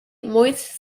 moist